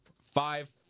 five